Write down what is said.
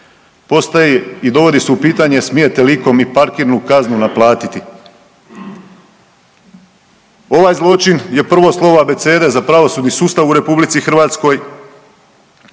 postaje i dovodi se u pitanje smijete li ikom i parkirnu kaznu naplatiti. Ovaj zločin je prvo slovo abecede za pravosudni sustav u RH. Zašto nitko